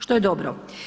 Što je dobro.